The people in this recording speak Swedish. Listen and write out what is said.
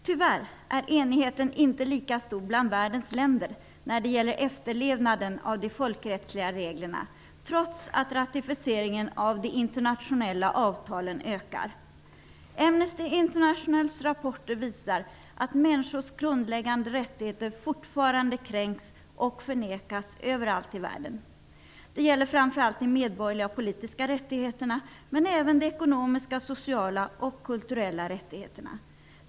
Tyvärr är enigheten inte lika stor bland världens länder när det gäller efterlevnaden av de folkrättsliga reglerna, trots att ratificeringarna av de internationella avtalen ökar. Amnesty Internationals rapporter visar att människors grundläggande rättigheter fortfarande kränks och förnekas över allt i världen. Det gäller framför allt de medborgerliga och politiska rättigheterna, men även de ekonomiska, sociala och kulturella rättigheterna.